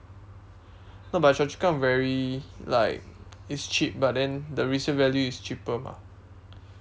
no but chua-chu-kang very like it's cheap but then the resale value is cheaper mah